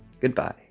goodbye